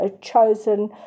chosen